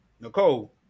Nicole